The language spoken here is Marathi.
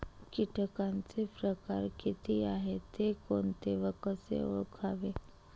किटकांचे प्रकार किती आहेत, ते कोणते व कसे ओळखावे?